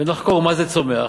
ונחקור מה זה צומח: